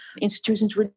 institutions